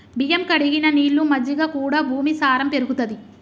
బియ్యం కడిగిన నీళ్లు, మజ్జిగ కూడా భూమి సారం పెరుగుతది